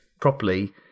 properly